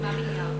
כמה מיליארדים.